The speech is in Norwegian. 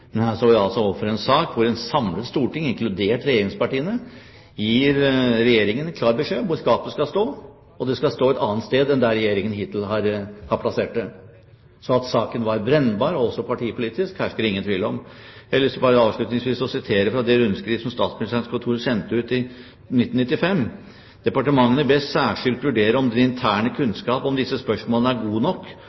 Men her står vi altså overfor en sak hvor et samlet storting, inkludert regjeringspartiene, gir Regjeringen klar beskjed om hvor skapet skal stå, og det skal stå et annet sted enn der Regjeringen hittil har plassert det. Så at saken var brennbar, og også partipolitisk, hersker det ingen tvil om. Jeg har avslutningsvis lyst til å sitere fra det rundskrivet som statsministerens kontor sendte ut i 1995: «Departementene bes særskilt vurdere om den interne kunnskap om disse spørsmålene er god nok